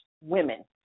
women